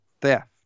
theft